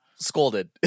scolded